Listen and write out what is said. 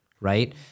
right